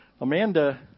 Amanda